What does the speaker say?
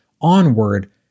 Onward